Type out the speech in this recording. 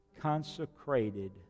consecrated